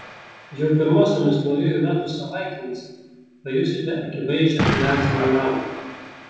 jau pirmosiomis naujųjų metų savaitėmis pajusite akivaizdžią finansinę naudą